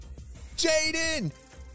Jaden